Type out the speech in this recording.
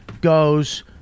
goes